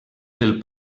del